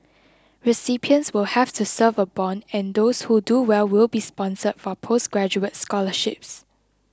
recipients will have to serve a bond and those who do well will be sponsored for postgraduate scholarships